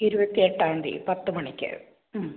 ഇരുപത്തെട്ടാംതീ പത്ത് മണിക്ക്